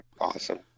awesome